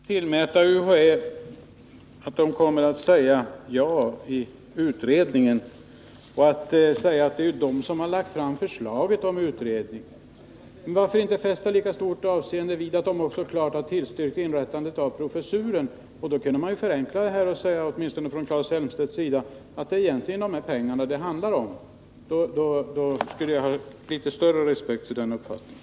Herr talman! Claes Elmstedt antar att UHÄ kommer att säga ja i utredningen, och han säger att det ju är UHÄ som har lagt fram förslaget om utredning. Varför inte fästa lika stort avseende vid att UHÄ också klart har tillstyrkt inrättandet av professuren? Då kunde man ju förenkla det hela, och Claes Elmstedt kunde åtminstone säga att det egentligen är de här pengarna det handlar om. Då skulle jag ha litet större respekt för hans uppfattning.